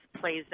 plays